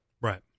Right